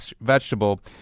vegetable